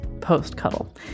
post-Cuddle